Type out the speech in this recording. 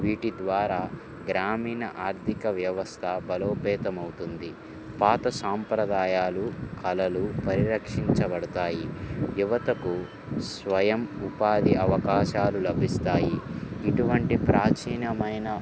వీటి ద్వారా గ్రామీణ ఆర్థిక వ్యవస్థ బలోపేతం అవుతుంది పాత సాంప్రదాయాలు కళలు పరిరక్షించబడతాయి యువతకు స్వయం ఉపాధి అవకాశాలు లభిస్తాయి ఇటువంటి ప్రాచీనమైన